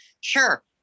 sure